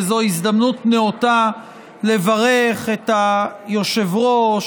וזו הזדמנות נאותה לברך את היושב-ראש,